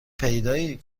پیدایید